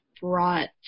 brought